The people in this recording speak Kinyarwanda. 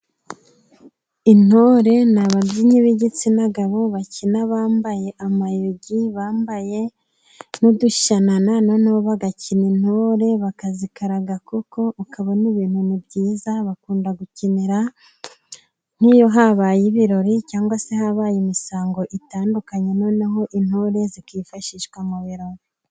Intore ni ababyinnyi b'igitsina gabo bakina bambaye amayugi, bambaye n'udushana, noneho bagakina intore, bakazikaraga koko ukabona ibintu ni byiza, bakunda gukinira nk'iyo habaye ibirori cyangwa se habaye imisango itandukanye, noneho intore zikifashishwa mu birarori.